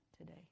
today